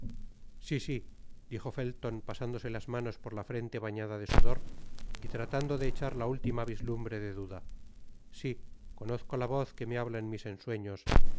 si si dijo felton pasándose las manos por la frente bañada de sudor y tratando de echar la última vislumbre de duda si conozco la voz que me habla en mis ensueños